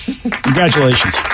Congratulations